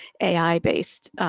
AI-based